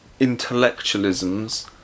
intellectualisms